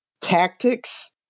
tactics